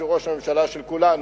שהוא ראש הממשלה של כולנו,